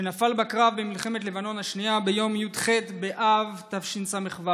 שנפל בקרב במלחמת לבנון השנייה ביום י"ח באב תשס"ו.